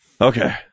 Okay